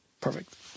perfect